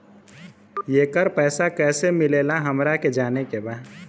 येकर पैसा कैसे मिलेला हमरा के जाने के बा?